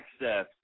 access